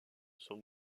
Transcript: son